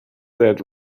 that